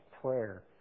prayer